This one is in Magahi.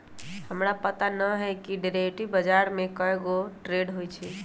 हमरा पता न हए कि डेरिवेटिव बजार में कै गो ट्रेड होई छई